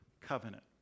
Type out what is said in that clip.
covenant